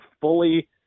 fully